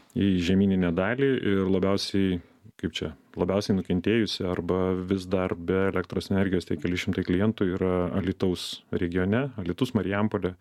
į žemyninę dalį ir labiausiai kaip čia labiausiai nukentėjusi arba vis dar be elektros energijos tie keli šimtai klientų yra alytaus regione alytus marijampolė